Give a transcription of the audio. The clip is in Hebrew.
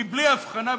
מבלי הבחנה,